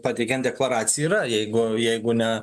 pateikiant deklaraciją yra jeigu jeigu ne